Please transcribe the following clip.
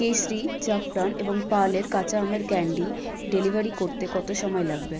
কেশরি জাফরান এবং পার্লের কাঁচা আমের ক্যান্ডি ডেলিভারি করতে কত সময় লাগবে